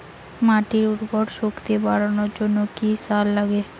মাটির উর্বর শক্তি বাড়ানোর জন্য কি কি সার লাগে?